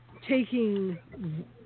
taking